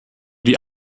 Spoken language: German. die